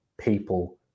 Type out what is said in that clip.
people